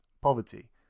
poverty